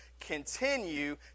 continue